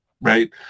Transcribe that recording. right